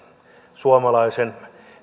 suomalaisen